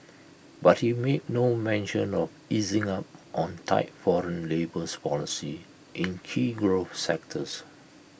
but he made no mention of easing up on tight foreign labours policy in key growth sectors